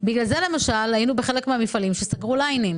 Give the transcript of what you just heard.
היינו בחלק מהמפעלים שסגרו קווי ייצור,